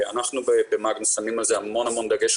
אנחנו, במגנוס, שמים על כך המון-המון דגש.